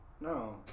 No